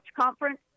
Conference